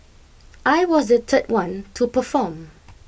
I was the third one to perform